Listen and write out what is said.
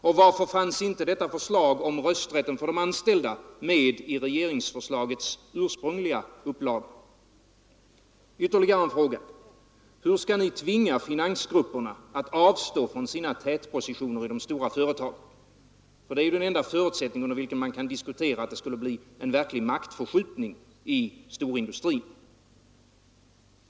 Och varför fanns inte detta förslag om rösträtten för de anställda med i regeringsförslagets ursprungliga upplaga? Ytterligare en fråga: Hur skall ni tvinga finansgrupperna att avstå från sina tätpositioner i de stora företagen? Det är ju den enda förutsättning under vilken man kan diskutera att det skulle bli verklig maktförskjutning i storindustrin.